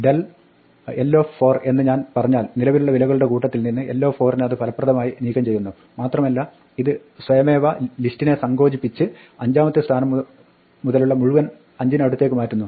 dell4 എന്ന് ഞാൻ പറഞ്ഞാൽ നിലവിലുള്ള വിലകളുടെ കൂട്ടത്തിൽ നിന്ന് l4 നെ അത് ഫലപ്രദമായി നീക്കം ചെയ്യുന്നു മാത്രമല്ല ഇത് സ്വയമേവ ലിസ്റ്റിനെ സങ്കോചിപ്പിച്ച് അഞ്ചാമത്തെ സ്ഥാനം മുതലുള്ള മുഴുവനും അഞ്ചിനടുത്തേക്ക് മാറ്റുന്നു